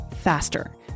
faster